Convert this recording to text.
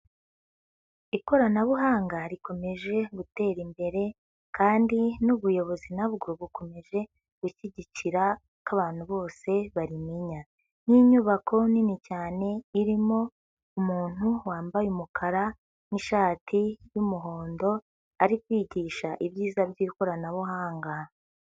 Ikoranabuhanga rikomeje gutera imbere kandi n'ubuyobozi nabwo bukomeje gushyigikira ko abantu bose barimenya, ni inyubako nini cyane irimo umuntu wambaye umukara n'ishati y'umuhondo ari kwigisha ibyiza by'ikoranabuhanga.